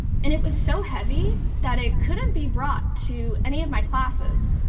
and it was so heavy that it couldn't be brought to any of my classes.